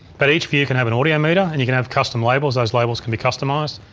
but each view can have an audio meter and you can have custom labels. those labels can be customized,